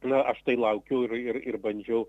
na aš tai laukiau ir ir ir bandžiau